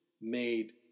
made